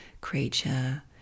creature